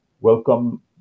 Welcome